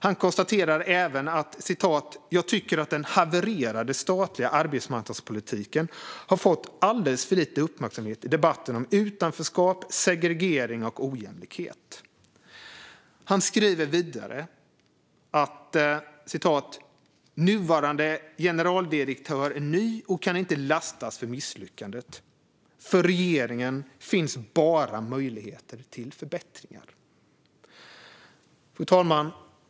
Han konstaterar även att den havererade statliga arbetsmarknadspolitiken har fått alldeles för lite uppmärksamhet i debatten om utanförskap, segregering och ojämlikhet. Han skriver vidare att nuvarande generaldirektör är ny och inte kan lastas för misslyckandet samt att det för regeringen bara finns möjligheter till förbättringar. Fru talman!